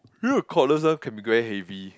you know the cordless one can be very heavy